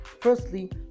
Firstly